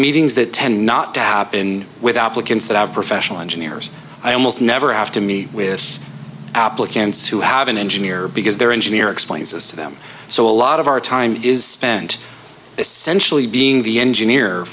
meetings that tend not to have been with applicants that have professional engineers i almost never have to meet with applicants who have an engineer because their engineer explains this to them so a lot of our time is spent essentially being the engineer